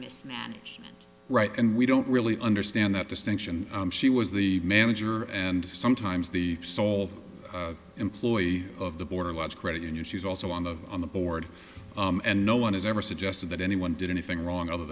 mismanage right and we don't really understand that distinction she was the manager and sometimes the sole employee of the board a lot of credit unions she's also on the on the board and no one has ever suggested that anyone did anything wrong other